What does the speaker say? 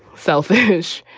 selfish,